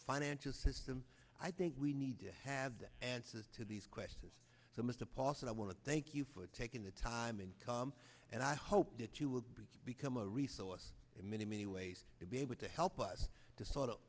financial system i think we need to have the answers to these questions so mr paulson i want to thank you for taking the time and come and i hope that you will be become a resource in many many ways to be able to help us to sort of